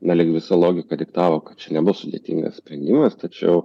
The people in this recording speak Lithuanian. na lyg visa logika diktavo kad čia nebus sudėtingas sprendimas tačiau